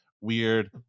Weird